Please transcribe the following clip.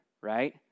right